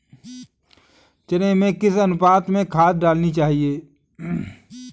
चने में किस अनुपात में खाद डालनी चाहिए?